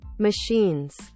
machines